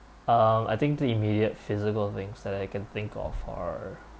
um I think the immediate physical things that I can think of are